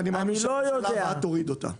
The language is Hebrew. ואני מאמין שהממשלה הבאה תוריד אותה.